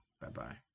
Bye-bye